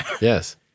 Yes